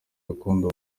gakondo